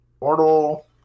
Mortal